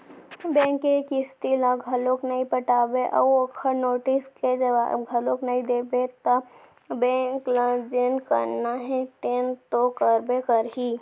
bank के किस्ती ल घलोक नइ पटाबे अउ ओखर नोटिस के जवाब घलोक नइ देबे त बेंक ल जेन करना हे तेन तो करबे करही